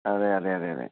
അതെ അതെ അതെ അതെ